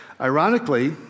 Ironically